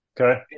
Okay